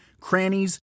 crannies